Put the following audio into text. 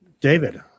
David